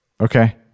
Okay